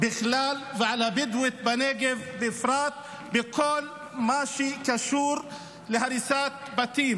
בכלל ועל הבדואית בנגב בפרט בכל מה שקשור להריסת בתים.